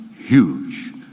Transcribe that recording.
huge